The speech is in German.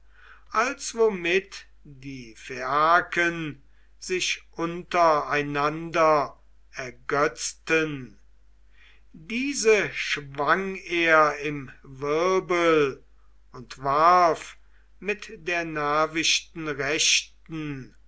als womit die phaiaken sich untereinander ergötzten diese schwang er im wirbel und warf mit der nervichten rechten